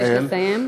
אבקש לסיים.